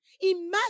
Imagine